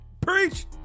preach